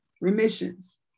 Remissions